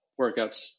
workouts